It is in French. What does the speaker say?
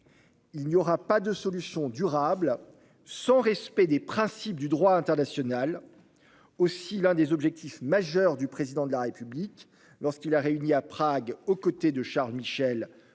Il n'y aura pas de solution durable sans respect des principes du droit international. Aussi, l'un des objectifs majeurs du Président de la République, lorsqu'il a réuni à Prague, aux côtés de Charles Michel,